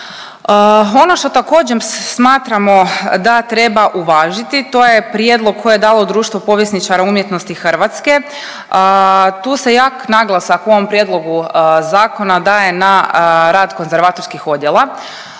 Ono što također smatramo da treba uvažiti to je prijedlog koji je dalo Društvo povjesničara umjetnosti Hrvatske. Tu se jak naglasak u ovom prijedlogu zakona daje na rad konzervatorskih odjela.